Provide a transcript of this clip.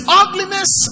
ugliness